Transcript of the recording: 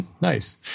Nice